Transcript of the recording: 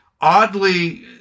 oddly